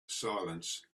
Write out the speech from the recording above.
silence